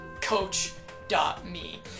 coach.me